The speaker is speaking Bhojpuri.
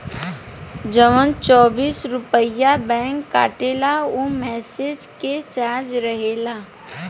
जवन चौबीस रुपइया बैंक काटेला ऊ मैसेज के चार्ज रहेला